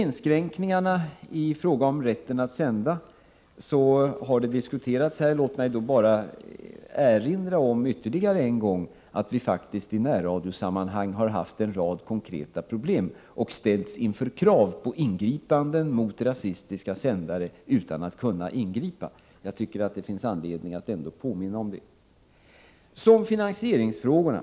Inskränkningar i fråga om rätten att sända har diskuterats här. Låt mig bara erinra om, ytterligare en gång, att vi faktiskt i närradiosammanhang har haft en rad konkreta problem och ställts inför krav på ingripanden mot rasistiska sändare utan att kunna ingripa. Jag tycker att det finns anledning att ändå påminna om det. Så till finansieringsfrågorna.